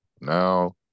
Now